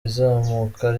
izamuka